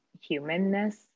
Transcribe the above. humanness